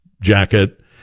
jacket